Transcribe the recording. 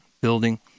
building